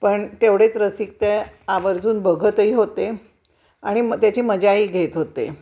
पण तेवढेच रसिक ते आवर्जून बघतही होते आणि मग त्याची मजाही घेत होते